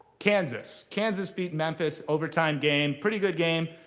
kansas. kansas beat memphis overtime game, pretty good game.